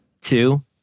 Two